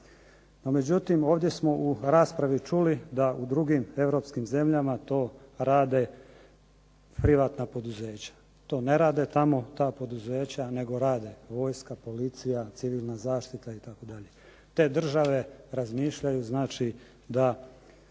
No međutim ovdje smo u raspravi čuli da u drugim europskim zemljama to rade privatna poduzeća. To ne rade tamo ta poduzeća nego rade vojska, policija, civilna zaštita itd. Te države razmišljaju znači da